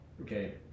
okay